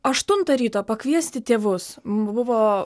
aštuntą ryto pakviesti tėvus buvo